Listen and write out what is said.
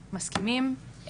מסכימים.